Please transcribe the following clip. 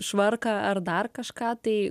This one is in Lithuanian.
švarką ar dar kažką tai